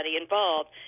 involved